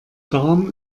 darm